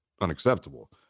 unacceptable